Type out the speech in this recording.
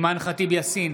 אימאן ח'טיב יאסין,